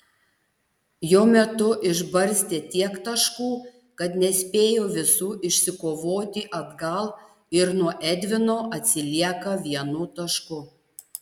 jo metu išbarstė tiek taškų kad nespėjo visų išsikovoti atgal ir nuo edvino atsilieka vienu tašku